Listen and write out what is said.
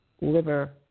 liver